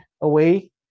away